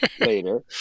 later